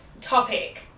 topic